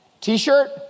T-shirt